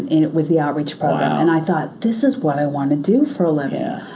and it was the outreach program, and i thought, this is what i want to do for a living. yeah